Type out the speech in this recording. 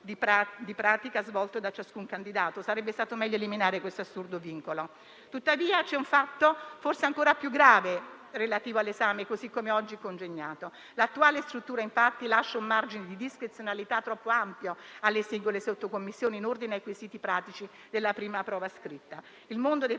di pratica svolto da ciascun candidato; sarebbe stato meglio eliminare questo assurdo vincolo. Tuttavia c'è un fatto forse ancora più grave relativo all'esame, così come oggi è congegnato. L'attuale struttura, infatti, lascia un margine di discrezionalità troppo ampio alle singole sottocommissioni in ordine ai quesiti pratici della prima prova scritta. Il mondo dei